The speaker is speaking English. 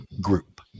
group